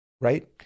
Right